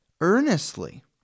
earnestly